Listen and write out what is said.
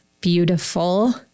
beautiful